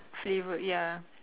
flavour ya